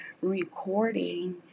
recording